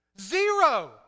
Zero